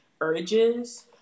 urges